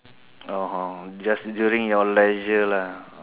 oh [ho] just during your leisure lah